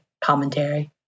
commentary